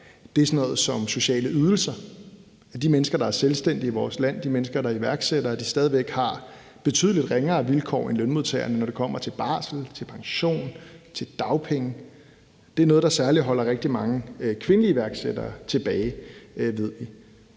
Det er sådan noget som sociale ydelser, altså at de mennesker, der er selvstændige i vores land, og de mennesker, der er iværksættere, stadig væk har betydelig ringere vilkår end lønmodtagerne, når det kommer til barsel, til pension og til dagpenge. Det er noget, der særlig holder rigtig mange kvindelige iværksættere tilbage, ved vi.